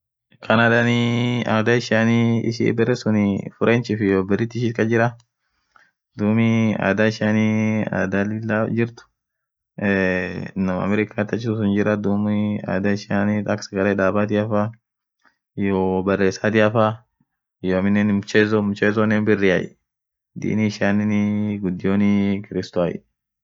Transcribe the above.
Canada niii adha ishia ishin berre suun french iyoo british kasjira dhub adha ishiani adhaa lila jirtu eee nuh amerikati achusun Jira dhub adhaa ishiani akaaaa sagale dhabatia faa iyo baresatiafaaa iyoo aminen mchezo mchezo nenn biria dini ishian ghudio kristooaaai